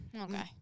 Okay